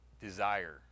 desire